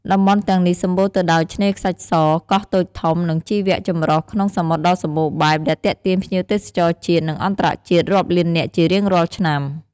តំបន់ទាំងនេះសម្បូរទៅដោយឆ្នេរខ្សាច់ស កោះតូចធំ និងជីវចម្រុះក្នុងសមុទ្រដ៏សម្បូរបែប ដែលទាក់ទាញភ្ញៀវទេសចរជាតិ និងអន្តរជាតិរាប់លាននាក់ជារៀងរាល់ឆ្នាំ។